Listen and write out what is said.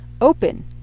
open